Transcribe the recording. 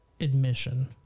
admission